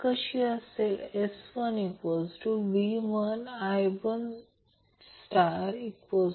तर आता प्रश्न आहे सर्किटच्या इम्पेडन्सचा